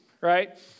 right